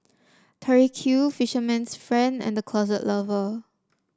Tori Q Fisherman's Friend and The Closet Lover